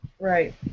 Right